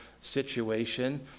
situation